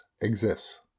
exists